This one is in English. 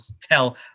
tell